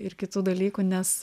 ir kitų dalykų nes